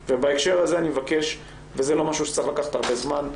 בהקשר הזה אני מבקש וזה לא משהו שצריך לקחת הרבה זמן,